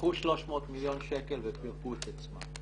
לקחו 300 מיליון שקלים ופירקו את עצמם.